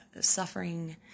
suffering